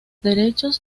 derechos